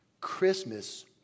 Christmas